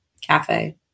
cafe